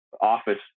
office